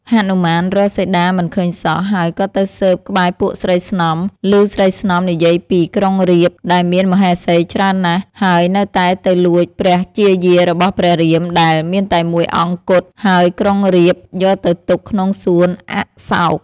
ហនុមានរកសីតាមិនឃើញសោះ ហើយក៏ទៅស៊ើបក្បែរពួកស្រីស្នំ ឮស្រីស្នំនិយាយពី ក្រុងរាពណ៍ដែលមានមហេសីច្រើនណាស់ ហើយនៅតែទៅលួចព្រះជាយារបស់ព្រះរាមដែល មានតែមួយអង្គគត់ ហើយក្រុងរាពណ៍យកទៅទុកក្នុងសួនអសោក។